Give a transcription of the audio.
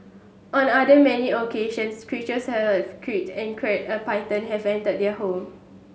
on other many occasions creatures a python have entered their home